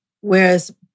whereas